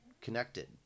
connected